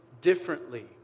differently